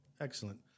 Excellent